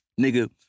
Nigga